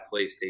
PlayStation